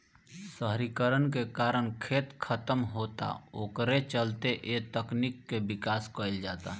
शहरीकरण के कारण खेत खतम होता ओकरे चलते ए तकनीक के विकास कईल जाता